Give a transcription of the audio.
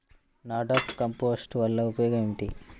NADEP compost వలన ఉపయోగం ఏమిటి?